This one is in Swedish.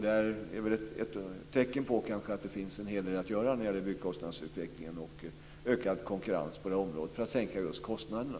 Det är väl ett tecken på att det finns en hel del att göra när det gäller byggkostnadsutvecklingen och ökad konkurrens på det området för att sänka just kostnaderna.